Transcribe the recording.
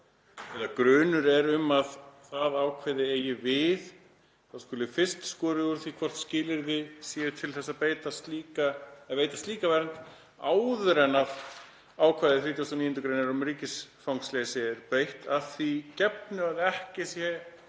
eða grunur er um að það ákvæði eigi við skuli fyrst skorið úr því hvort skilyrði séu til þess að veita slíka vernd áður en ákvæði 39. gr. um ríkisfangsleysi er beitt, að því gefnu að ekki sé